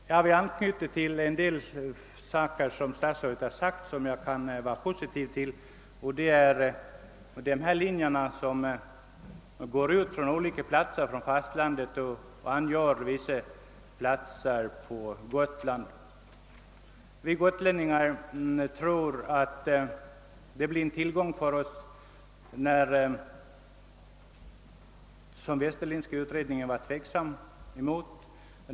Vi vill ansluta oss till en del positivt i det som statsrådet anfört beträffande de linjer, som går mellan olika platser på fastlandet och vissa hamnar på Gotland. Vi gotlänningar tror att detta, som den Westerlindska utredningen ställde sig tveksam inför, kommer att bli en tillgång.